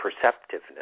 perceptiveness